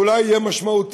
ואולי הוא יהיה משמעותי,